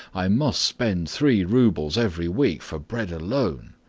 i must spend three roubles every week for bread alone.